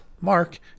Mark